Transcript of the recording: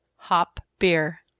hop beer.